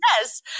Yes